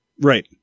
Right